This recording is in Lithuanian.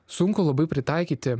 sunku labai pritaikyti